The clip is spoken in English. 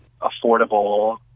affordable